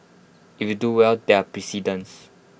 if you do well there are precedents